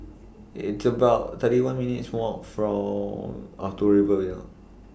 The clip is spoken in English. It's about thirty one minutes' Walk For Or to Rivervale